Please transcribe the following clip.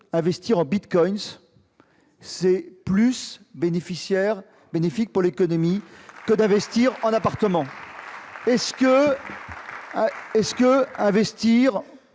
qu'investir en bitcoins est plus bénéfique pour l'économie que d'investir en appartements ? Est-ce qu'investir